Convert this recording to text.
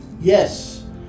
Yes